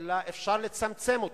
אבל אפשר לצמצם אותו.